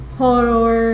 horror